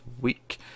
week